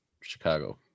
Chicago